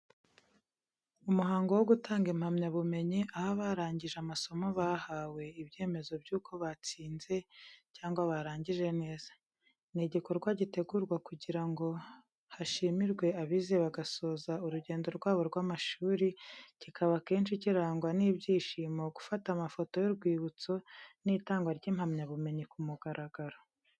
Umuhango wo gutanga impamyabumenyi, aho abarangije amasomo bahawe ibyemezo by’uko batsinze cyangwa barangije neza. Ni igikorwa gitegurwa kugira ngo hashimirwe abize bagasoza urugendo rwabo rw’amashuri, kikaba akenshi kirangwa n’ibyishimo, gufata amafoto y’urwibutso, n’itangwa ry’impamyabumenyi ku mugaragaro.